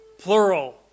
plural